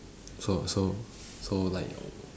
so so so like